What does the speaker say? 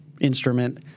instrument